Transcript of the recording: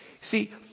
See